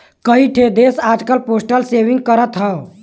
कई ठे देस आजकल पोस्टल सेविंग करत हौ